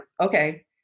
okay